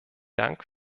dank